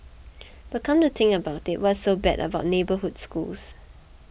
but come to think about it what's so bad about neighbourhood schools